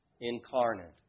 incarnate